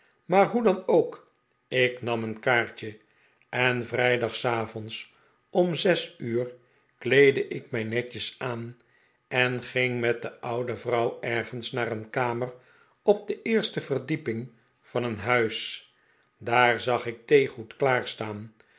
maar hoe dan ook ik nam een kaartje en vrijdagsavonds om zes uur kleedde ik mij netjes aan en ging met de oude vrouw ergens naar een kamer op de eerste verdieping van een huis daar zag ik theegoed klaarstaan